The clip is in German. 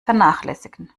vernachlässigen